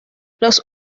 los